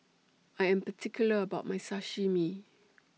I Am particular about My Sashimi